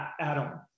Adam